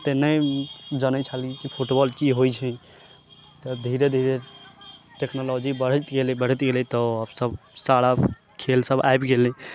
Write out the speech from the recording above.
ओते नहि जानै छलियै की फुटबाल की होइ छै तऽ धीरे धीरे टेक्नोलोजी बढ़ैत गेलै बढ़ैत गेलै तऽ सब सारा खेल सब आबि गेलै